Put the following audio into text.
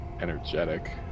energetic